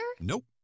Nope